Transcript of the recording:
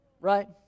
right